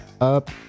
up